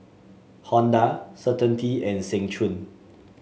Honda Certainty and Seng Choon